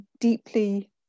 deeply